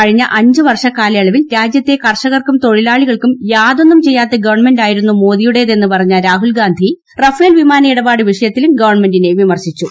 കഴിഞ്ഞ അഞ്ച് വർഷ കാലയുളയിൽ രാജ്യത്തെ കർഷകർക്കും തൊഴിലാളികൾക്കും യൂട്ടിതൊന്നും ചെയ്യാത്ത ഗവൺമെന്റായിരുന്നു മോദിയുട്ടേതെന്ന് പറഞ്ഞ രാഹുൽ ഗാന്ധി റഫേൽ വിമാന ഇടപാട് വിഷ്യത്തിലും ഗവൺമെന്റിനെ വിമർശിച്ചു